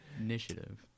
initiative